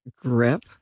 grip